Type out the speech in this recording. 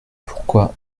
pourquoi